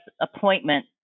appointment